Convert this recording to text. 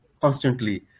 constantly